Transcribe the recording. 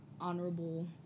honorable